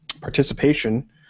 participation